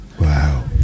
Wow